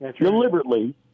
deliberately